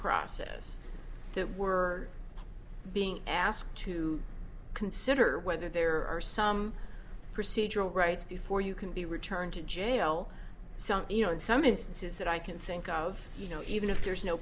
process that we're being asked to consider whether there are some procedural rights before you can be returned to jail so you know in some instances that i can think of you know even if there's no